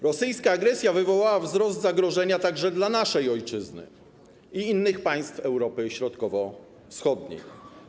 Rosyjska agresja wywołała wzrost zagrożenia także dla naszej ojczyzny i innych państw Europy Środkowo-Wschodniej.